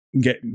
get